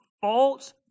false